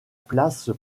place